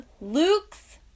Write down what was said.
Luke's